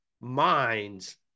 minds